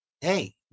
hey